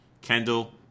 Kendall